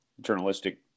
journalistic